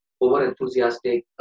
over-enthusiastic